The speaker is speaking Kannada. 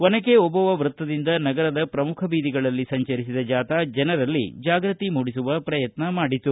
ಒನಕೆ ಒಬವ್ವ ವೃತ್ತದಿಂದ ನಗರದ ಶ್ರಮುಖ ಬೀದಿಗಳಲ್ಲಿ ಸಂಚರಿಸಿದ ಜಾಥಾ ಜನರಲ್ಲಿ ಜಾಗೃತಿ ಮೂಡಿಸುವ ಪ್ರಯತ್ನ ಮಾಡಿತು